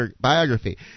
biography